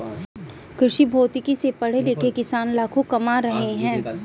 कृषिभौतिकी से पढ़े लिखे किसान लाखों कमा रहे हैं